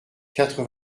quatre